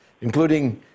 including